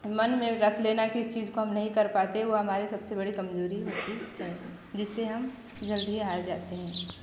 मन में रख लेना कि इस चीज़ को हम नहीं कर पाते वो हमारी सब से बड़ी कमज़ोरी होती है जिससे हम जल्दी हार जाते हैं